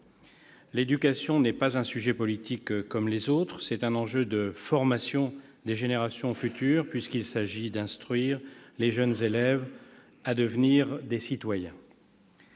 L'éducation n'est pas un sujet politique comme les autres ; c'est un enjeu de formation des générations futures, puisqu'il s'agit d'instruire les jeunes élèves pour en faire des citoyens.